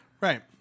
Right